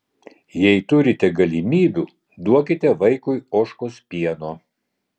jei turite galimybių duokite vaikui ožkos pieno